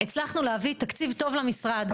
הצלחנו להביא תקציב טוב למשרד,